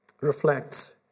reflects